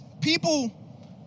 People